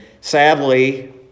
Sadly